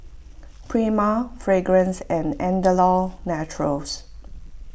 Prima Fragrance and Andalou Naturals